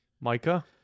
micah